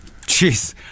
Jeez